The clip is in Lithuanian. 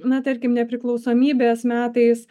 na tarkim nepriklausomybės metais